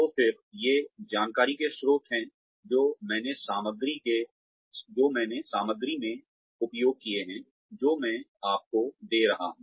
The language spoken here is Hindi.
तो फिर ये जानकारी के स्रोत हैं जो मैंने सामग्री में उपयोग किए हैं जो मैं आपको दे रहा हूं